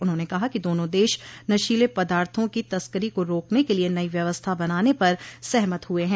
उन्होंने कहा कि दोनों देश नशीले पदार्थों की तस्करी को रोकने के लिए नई व्यवस्था बनाने पर सहमत हुए हैं